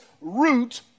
root